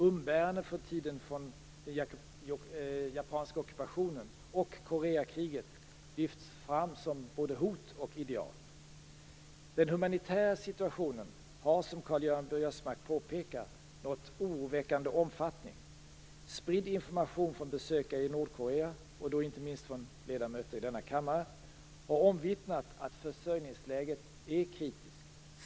Umbäranden från tiden för den japanska ockupationen och Koreakriget lyfts fram som både hot och ideal. Den humanitära situationen har, som Karl-Göran Biörsmark påpekat, nått oroväckande omfattning. Spridd information från besökare i Nordkorea, inte minst från ledamöter i denna kammare, har omvittnat att försörjningsläget är kritiskt.